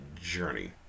journey